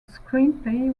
screenplay